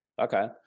Okay